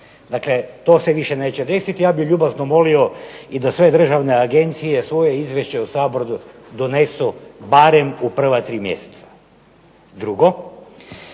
Dakle, to se više neće desiti. Ja bih ljubazno molio da sve državne agencije svoje izvješće u Sabor donesu barem u prva tri mjeseca. Drugo,